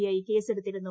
I കേസെടുത്തിരുന്നു